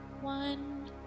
one